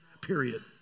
period